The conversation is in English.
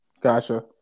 Gotcha